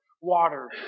water